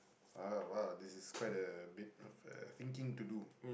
uh !wow! this is quite a bit of a thinking to do